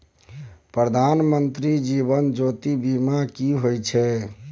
प्रधानमंत्री जीवन ज्योती बीमा की होय छै?